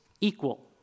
equal